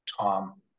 Tom